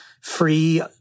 free